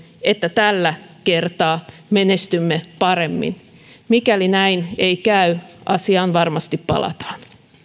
että tällä kertaa menestymme paremmin mikäli näin ei käy asiaan varmasti palataan